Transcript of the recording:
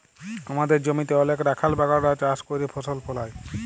আমাদের জমিতে অলেক রাখাল বাগালরা চাষ ক্যইরে ফসল ফলায়